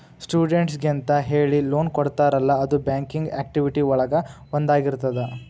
ಸ್ಟೂಡೆಂಟ್ಸಿಗೆಂತ ಹೇಳಿ ಲೋನ್ ಕೊಡ್ತಾರಲ್ಲ ಅದು ಬ್ಯಾಂಕಿಂಗ್ ಆಕ್ಟಿವಿಟಿ ಒಳಗ ಒಂದಾಗಿರ್ತದ